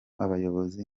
abayobozi